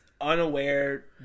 unaware